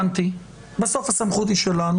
בסוף הסמכות היא שלנו.